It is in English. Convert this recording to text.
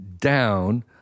down